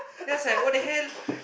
then I was like what the hell